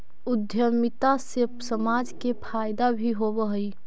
उद्यमिता से समाज के फायदा भी होवऽ हई